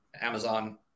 Amazon